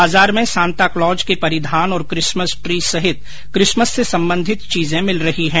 बाजार में Santa Claus के परिधान और किसमस ट्री सहित किसमस से संबंधित चीजे मिल रही है